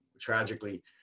tragically